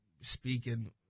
speaking